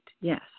Yes